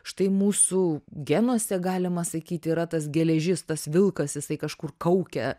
štai mūsų genuose galima sakyti yra tas geležis tas vilkas jisai kažkur kaukia